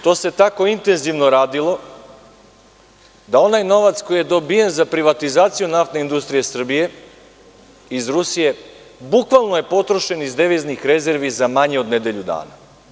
To se tako intenzivno radilo da onaj novac koji je dobijen za privatizaciju NIS iz Rusije bukvalno je potrošen iz deviznih rezervi za manje od nedelju dana.